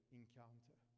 encounter